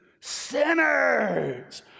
sinners